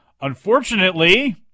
Unfortunately